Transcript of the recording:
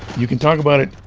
you can talk about it,